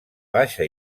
baixa